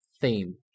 theme